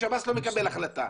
השב"ס לא מקבל החלטה,